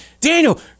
Daniel